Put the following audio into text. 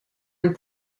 and